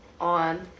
on